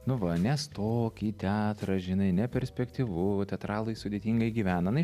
nu va nestok į teatrą žinai neperspektyvu teatralai sudėtingai gyvena na